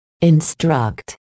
instruct